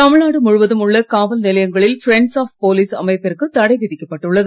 தமிழ்நாடு முழுவதும் உள்ள காவல் நிலையங்களில் ஃபிரண்ட்ஸ் ஆஃப் போலீஸ் அமைப்பிற்கு தடை விதிக்கப்பட்டுள்ளது